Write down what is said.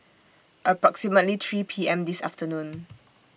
approximately three P M This afternoon